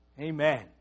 Amen